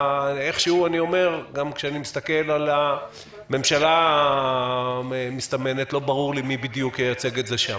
וכאשר אני מסתכל על הממשלה המסתמנת לא ברור לי מי בדיוק ייצג את זה שם.